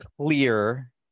clear